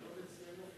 זה נדון אצלנו,